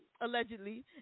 Allegedly